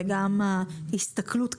וגם ההסתכלות קדימה,